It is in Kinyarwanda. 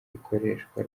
ikoreshwa